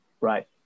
right